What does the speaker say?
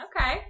Okay